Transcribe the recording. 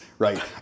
Right